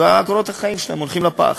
וקורות החיים שלהם הולכים לפח.